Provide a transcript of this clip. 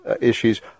issues